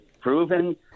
proven